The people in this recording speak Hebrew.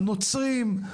הנוצרים,